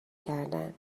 کردن